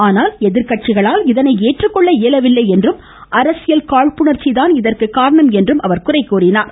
ஆனால் எதிர்க்கட்சிகளால் இதனை ஏற்றுக்கொள்ள இயலவில்லை என்றும் அரசியல் காழ்ப்புணர்ச்சி தான் இதற்கு காரணம் என்றும் குறை கூறினார்